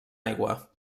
aigua